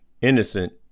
innocent